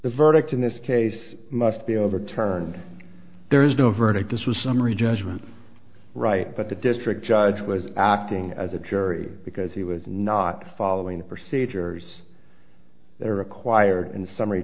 the verdict in this case must be overturned there is no verdict this was a summary judgment right but the district judge was acting as a jury because he was not following the procedures that are required in summary